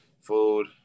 food